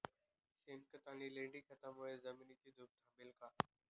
शेणखत आणि लेंडी खतांमुळे जमिनीची धूप थांबेल का?